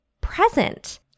present